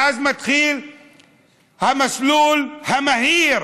ואז מתחיל המסלול המהיר